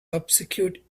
obscured